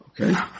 Okay